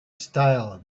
style